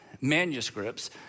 manuscripts